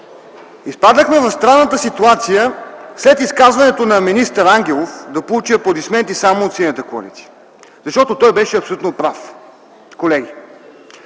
Изпаднахме в странната ситуация - след изказването си министър Ангелов да получи аплодисменти само от Синята коалиция, защото той беше абсолютно прав, колеги.